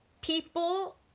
people